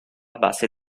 base